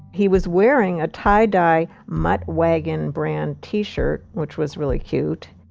he was wearing a tie-dye mutt waggin' brand t-shirt, which was really cute.